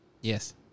Yes